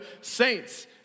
saints